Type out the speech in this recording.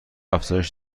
افزایش